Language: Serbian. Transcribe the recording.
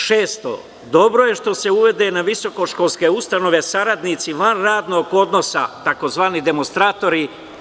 Šesto, dobro je što se uvode u visokoškolskim ustanovama saradnici van radnog odnosa, tzv. demonstratori.